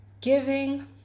giving